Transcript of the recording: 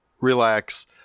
relax